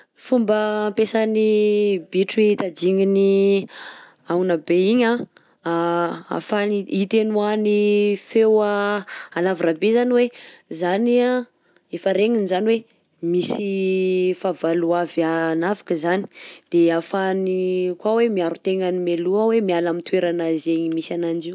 Fomba ampiasan'ny bitro i tadignany ahona be igny anh ahafahany hitenoany feo alavira be zany hoe zany anh efa regniny zany hoe misy fahavalo ho avy hanafika izany, de ahafahany koa hoe miaro tegnany mialoha hoe miala am'toerana izay misy ananjy io.